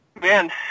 Man